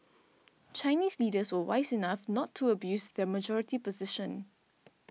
Chinese leaders were wise enough not to abuse their majority position